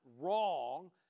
wrong